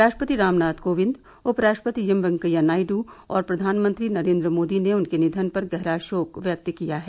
राष्ट्रपति रामनाथ कोविन्द उप राष्ट्रपति वेंकैया नायडू और प्रधानमंत्री नरेंद्र मोदी ने उनके निधन पर गहरा शोक व्यक्त किया है